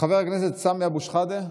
חבר הכנסת סמי אבו שחאדה,